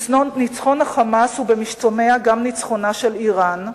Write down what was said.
ניצחון ה"חמאס" הוא במשתמע גם ניצחונה של אירן,